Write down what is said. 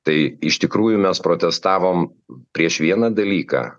tai iš tikrųjų mes protestavom prieš vieną dalyką